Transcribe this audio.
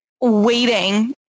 waiting